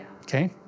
Okay